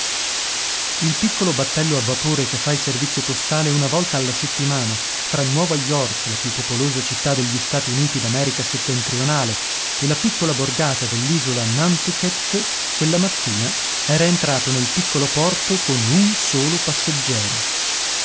il piccolo battello a vapore che fa il servizio postale una volta alla settimana fra nuova york la più popolosa città degli stati uniti d'america settentrionale e la piccola borgata dell'isola nantucket quella mattina era entrato nel piccolo porto con un solo passeggero